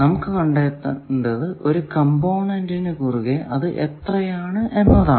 നമുക്ക് കണ്ടെത്തേണ്ടത് ഒരു കമ്പോണന്റിനു കുറുകെ അത് എത്രയാണ് എന്നതാണ്